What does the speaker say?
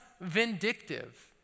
vindictive